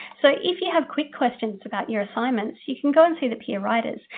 so if you have quick questions about your assignments you can go and see the peer writers,